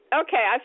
okay